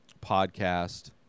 podcast